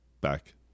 back